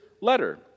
letter